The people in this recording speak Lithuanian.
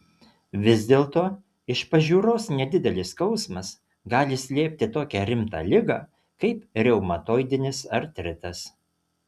vis dėlto iš pažiūros nedidelis skausmas gali slėpti tokią rimtą ligą kaip reumatoidinis artritas